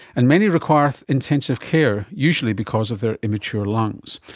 and many require intensive care, usually because of their immature lungs.